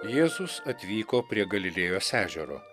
jėzus atvyko prie galilėjos ežero